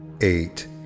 eight